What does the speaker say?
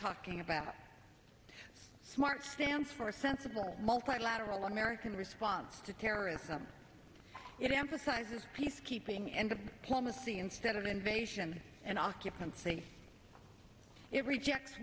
talking about smart stands for sensible multilateral american response to terrorism it emphasizes peacekeeping and clemency instead of invasion and occupancy it rejects